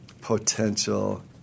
potential